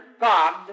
God